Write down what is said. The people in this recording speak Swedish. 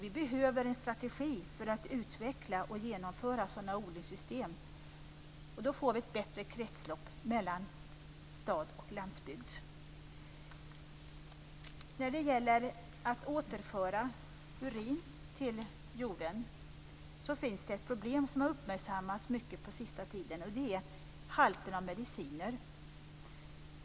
Vi behöver en strategi för att utveckla och genomföra sådana odlingssystem. Då får vi ett bättre kretslopp mellan stad och landsbygd. När det gäller att återföra urin till jorden finns det ett problem som har uppmärksammats mycket på senare tid. Det är halten av mediciner.